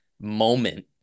moment